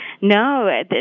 No